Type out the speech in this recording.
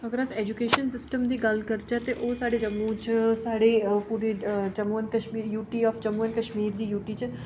अगर अस education system दी गल्ल करचै तां ओह् साढ़े जम्मू च साढ़ी जम्मू कश्मीर यूटी च